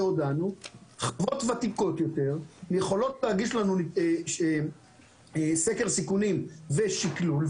חברות ותיקות יותר יכולות להגיש לנו סקר סיכונים ושקלול,